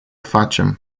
facem